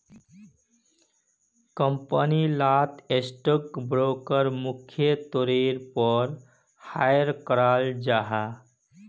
company लात stock broker मुख्य तौरेर पोर हायर कराल जाहा